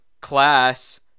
class